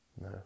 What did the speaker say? No